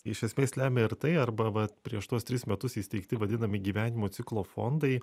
iš esmės lemia ir tai arba vat prieš tuos tris metus įsteigti vadinami gyvenimo ciklo fondai